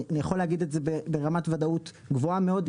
אני יכול להגיד את זה ברמת וודאות גבוהה מאוד,